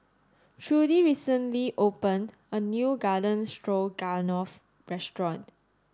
Trudy recently opened a new Garden Stroganoff restaurant